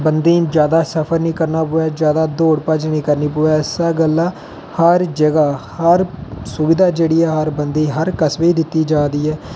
गी ज्यादा सफर नी करना पवै ज्यादा दौड़ भज्ज नेईं करनी पवै इस्सै गल्ला हर जगह हर सुविधा जेहड़ी ऐ हर बंदे गी हर घर हर कस्बे गी दित्ती जारदी ऐ